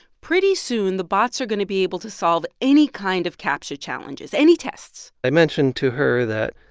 pretty soon, the bots are going to be able to solve any kind of captcha challenges any tests i mentioned to her that